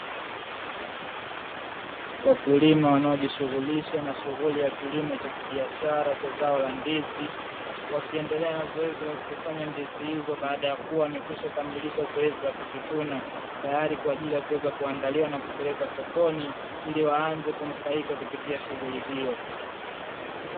Wakulima wanaojishughulisha na shughuli ya kilimo cha kibiashara cha zao la ndizi, wakiendelea na zoezi la kukusanya ndizi hizo baada ya zoezi la kuzivuna tayari kwa ajili ya kuandaliwa na kupelekwa sokoni ili waanze kunufaika kupitia shughuli hiyo.